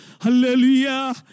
Hallelujah